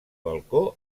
balcó